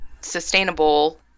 sustainable